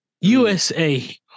USA